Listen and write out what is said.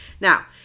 Now